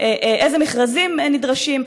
אילו מכרזים נדרשים,